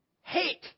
hate